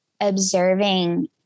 observing